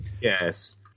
Yes